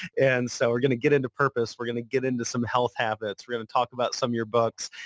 and so, we're going to get into purpose. we're going to get into some health habits. we're going to talk about some of your books.